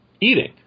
Eating